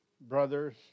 brothers